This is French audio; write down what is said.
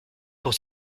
pour